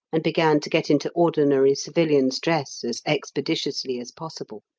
and began to get into ordinary civilian's dress as expeditiously as possible.